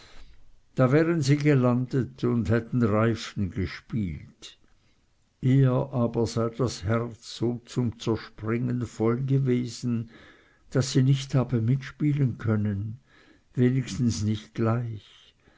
da wären sie gelandet und hätten reifen gespielt ihr aber sei das herz so zum zerspringen voll gewesen daß sie nicht habe mitspielen können wenigstens nicht gleich